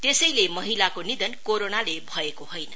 त्यसैले महिलाको निधन कोरोनाले भएको होइन